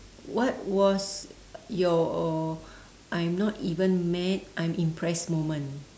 what was your I'm not even mad I'm impressed moment